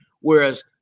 Whereas